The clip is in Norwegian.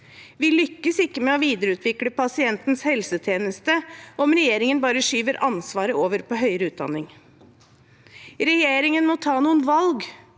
Vi lykkes ikke med å videreutvikle pasientens helsetjeneste om regjeringen bare skyver ansvaret over på høyere utdanning. Regjeringen må ta noen valg,